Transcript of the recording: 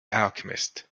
alchemist